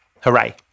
hooray